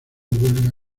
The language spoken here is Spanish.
huelga